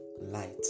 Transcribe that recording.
light